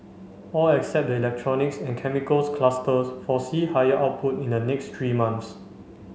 all except the electronics and chemicals clusters foresee higher output in the next three months